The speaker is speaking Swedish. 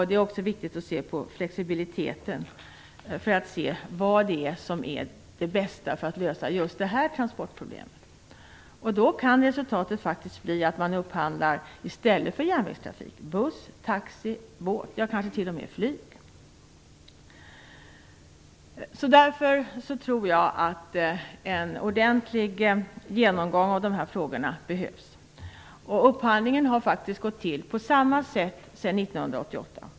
Det är också viktigt att se till flexibiliteten för att se på vilket sätt man bäst kan lösa ett visst transportproblem. Då kan resultatet faktiskt bli att man i stället för järnvägstrafik upphandlar buss , taxi-, båt och kanske t.o.m. flygtrafik. Därför tror jag att en ordentlig genomgång av de här frågorna behövs. Upphandlingen har faktiskt gått till på samma sätt sedan 1988.